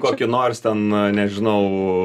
kokį nors ten nežinau